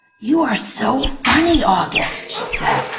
you are so funny, august! she said,